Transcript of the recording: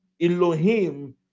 elohim